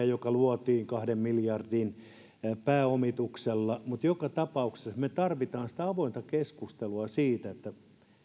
joka luotiin kahden miljardin pääomituksella mutta joka tapauksessa me tarvitsemme avointa keskustelua siitä että